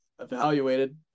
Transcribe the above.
evaluated